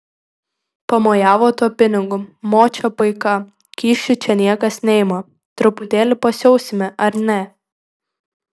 pamojavo tuo pinigu močia paika kyšių čia niekas neima truputėlį pasiausime ar ne